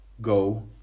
go